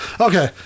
Okay